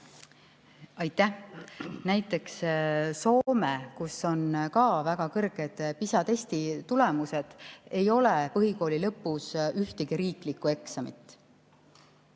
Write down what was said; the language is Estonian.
Aitäh! Näiteks Soomes, kus on ka väga kõrged PISA testi tulemused, ei ole põhikooli lõpus ühtegi riiklikku eksamit.